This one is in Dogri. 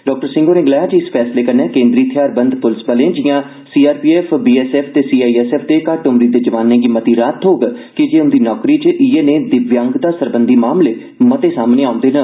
डाक्टर सिंह होरें गलाया जे इस फैसले कन्नै केन्द्री थेहारबंद पुलस बल जिआं सीआरपीएफ बीएसएफ ते सीआईएसएफ दे घट्ट उम्री दे जवानें गी मती राह्त थ्होग कीजे उंदी नौकरी च इयै नेय दिव्यांगता सरबंधी मामले मते सामने औँदे न